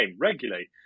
regularly